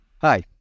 Hi